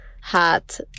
hat